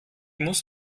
muss